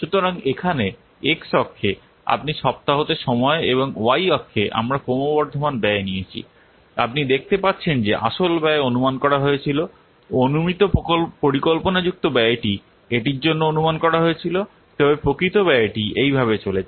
সুতরাং এখানে এক্স অক্ষে আপনি সপ্তাহতে সময় এবং y অক্ষে আমরা ক্রমবর্ধমান ব্যয় নিয়েছি আপনি দেখতে পাচ্ছেন যে আসল ব্যয় অনুমান করা হয়েছিল অনুমিত পরিকল্পনাযুক্ত ব্যয়টি এটির জন্য অনুমান করা হয়েছিল তবে প্রকৃত ব্যয়টি এইভাবে চলেছে